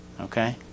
Okay